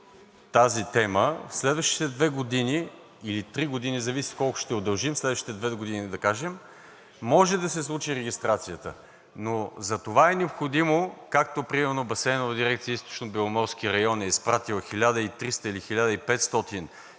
тази тема, в следващите две години или три години, зависи с колко ще удължим – следващите две години да кажем – може да се случи регистрацията. Затова е необходимо както например Басейнова дирекция – „Източнобеломорски район“, е изпратила 1300 или 1500